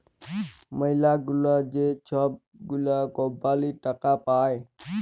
ম্যালাগুলা যে ছব গুলা কম্পালির টাকা পায়